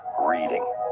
reading